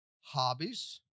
hobbies